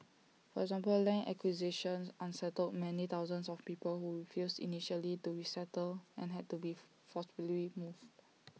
for example land acquisition unsettled many thousands of people who refused initially to resettle and had to be forcibly moved